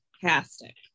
fantastic